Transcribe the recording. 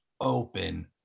open